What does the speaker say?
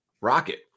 Rocket